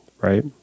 right